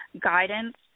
guidance